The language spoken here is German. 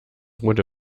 rote